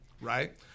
right